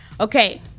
Okay